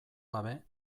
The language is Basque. gabe